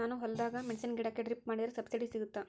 ನಾನು ಹೊಲದಾಗ ಮೆಣಸಿನ ಗಿಡಕ್ಕೆ ಡ್ರಿಪ್ ಮಾಡಿದ್ರೆ ಸಬ್ಸಿಡಿ ಸಿಗುತ್ತಾ?